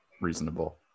reasonable